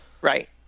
Right